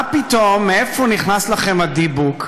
מה פתאום, מאיפה נכנס בכם הדיבוק,